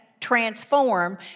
transform